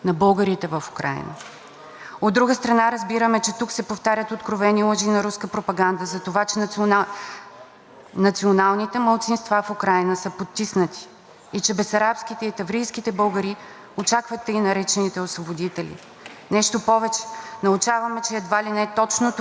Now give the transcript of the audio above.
националните малцинства в Украйна са потиснати и че бесарабските и таврийските българи очакват тъй наречените освободители. Нещо повече, научаваме, че едва ли не точно това е причината България да откаже военна помощ на Украйна, за да защити българите там от украинските нацисти.